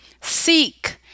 seek